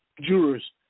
jurors